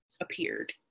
appeared